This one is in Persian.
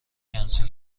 کنسل